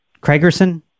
Craigerson